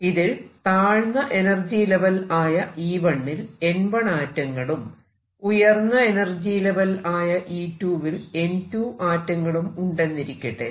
ഇതിൽ താഴ്ന്ന energy level ആയ E1 ൽ N1 ആറ്റങ്ങളും ഉയർന്ന എനർജി ലെവൽ ആയ E2 വിൽ N2 ആറ്റങ്ങളും ഉണ്ടെന്നിരിക്കട്ടെ